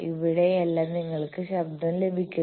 ഇവിടെയെല്ലാം നിങ്ങൾക്ക് ശബ്ദം ലഭിക്കുന്നു